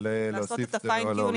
להוסיף או להוריד.